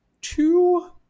two